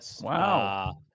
Wow